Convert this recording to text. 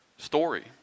Story